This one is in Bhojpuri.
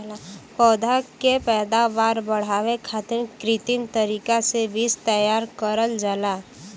पौधा क पैदावार बढ़ावे खातिर कृत्रिम तरीका से बीज तैयार करल जाला